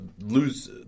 lose